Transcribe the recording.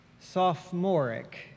Sophomoric